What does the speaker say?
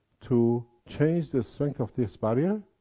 to change the strength of this barrier,